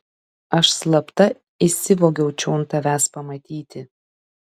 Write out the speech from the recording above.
aš slapta įsivogiau čion tavęs pamatyti